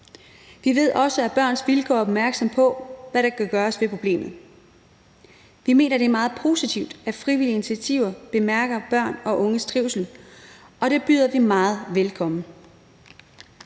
Vi ved også, at Børns Vilkår er opmærksom på, hvad der kan gøres ved problemet. Vi mener, det er meget positivt, at frivillige initiativer bemærker børn og unges trivsel, og det hilser vi meget velkommen.